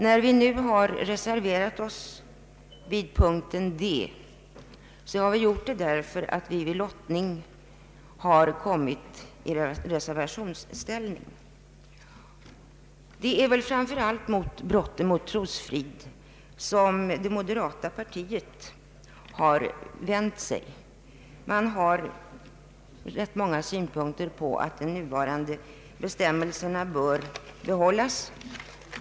Att vi har reserverat oss vid punkten D beror på att vi vid lottning kommit i reservationsställning. är framför allt mot brott mot trosfrid som moderata samlingspartiet vänt sig. Man har rätt många synpunkter på att de nuvarande bestämmelserna bör behållas.